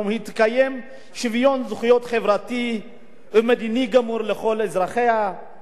זכויות חברתי ומדיני גמור לכל אזרחיה בלי הבדל דת,